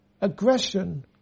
aggression